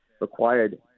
required